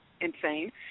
insane